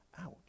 Ouch